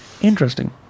interesting